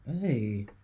Hey